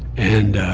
and